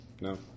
No